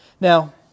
Now